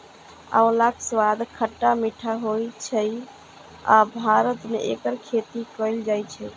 आंवलाक स्वाद खट्टा मीठा होइ छै आ भारत मे एकर खेती कैल जाइ छै